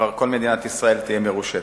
כבר כל מדינת ישראל תהיה מרושתת.